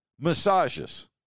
Massages